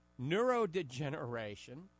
neurodegeneration